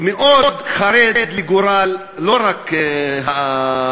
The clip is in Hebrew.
מאוד חרד לגורל האנשים,